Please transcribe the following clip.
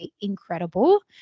incredible